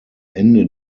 ende